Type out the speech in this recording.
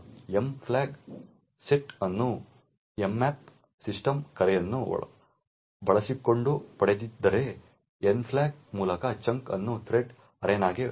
M flag set ಅನ್ನು mmap system ಕರೆಯನ್ನು ಬಳಸಿಕೊಂಡು ಪಡೆದಿದ್ದರೆ ಎನ್ ಫ್ಲ್ಯಾಗ್ ಮೂಲಕ ಚಂಕ್ ಅನ್ನು ಥ್ರೆಡ್ ಅರೇನಾಗೆ ಹೊಂದಿಸಲಾಗಿದೆ